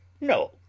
No